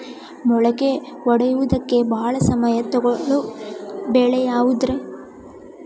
ಮೊಳಕೆ ಒಡೆಯುವಿಕೆಗೆ ಭಾಳ ಸಮಯ ತೊಗೊಳ್ಳೋ ಬೆಳೆ ಯಾವುದ್ರೇ?